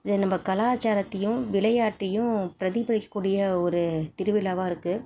இது நம்ம கலாச்சாரத்தையும் விளையாட்டையும் பிரதிபலிக்கக்கூடிய ஒரு திருவிழாவாக இருக்குது